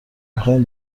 میخایم